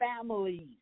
families